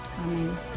Amen